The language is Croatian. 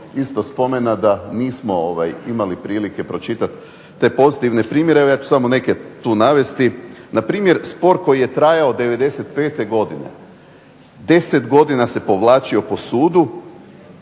isto spomena da nismo imali prilike pročitati te pozitivne primjere. Evo ja ću samo neke tu navesti. Na primjer spor koji je trajao od '95. godine. 10 godina se povlačio po sudu.